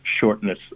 shortness